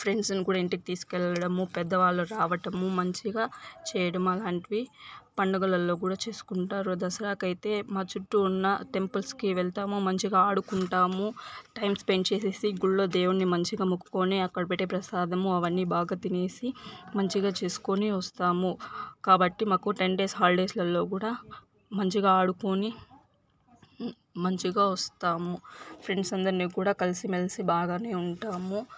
friends ను కూడా ఇంటికి తీసుకు వెళ్లడము పెద్దవాళ్ళు రావడము మంచిగా చేయడం అలాంటివి పండుగలలో కూడా చేసుకుంటారు దసరాకు అయితే మా చుట్టూ ఉన్న టెంపుల్స్కి వెళ్తాము మంచిగా ఆడుకుంటాము టైం స్పెండ్ చేసేసి గుళ్లో దేవుని మంచిగా మొక్కుకొని అక్కడ పెట్టే ప్రసాదము అవి అన్ని బాగా తినేసి మంచిగా చూసుకొని వస్తాము కాబట్టి మాకు టెన్ డేస్ హాలిడేస్లలో కూడా మంచిగా ఆడుకొని మంచిగా వస్తాము ఫ్రెండ్స్ అందరిని కూడా కలిసిమెలిసి బాగానే ఉంటాము